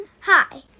Hi